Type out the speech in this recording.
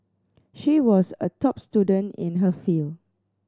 she was a top student in her field